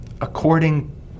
according